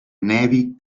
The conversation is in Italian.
navy